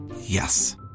Yes